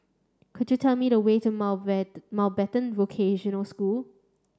could you tell me the way to Mountbat Mountbatten Vocational School